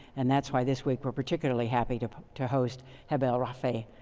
and that's why this week we're particularly happy to to host heba el-rafey.